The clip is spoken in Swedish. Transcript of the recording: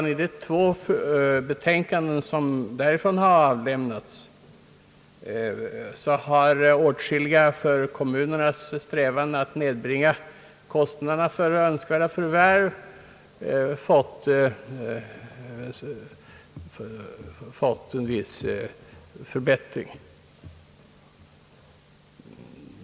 I de två betänkanden som denna utredning redan avlämnat har föreslagits åtgärder som i viss mån underlättar kommunernas strävanden att nedbringa kostnaderna för önskvärda markförvärv.